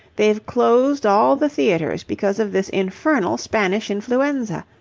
they've closed all the theatres because of this infernal spanish influenza.